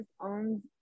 owns